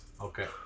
Okay